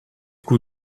coup